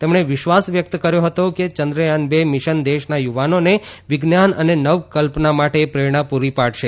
તેમણે વિશ્વાસ વ્યકત કર્યો હતો કે ચંદ્રથાન ર મિશન દેશના યુવાનોને વિજ્ઞાન અને નવકલ્પના માટે પ્રેરણા પુરી પાડશે